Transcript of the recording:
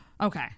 Okay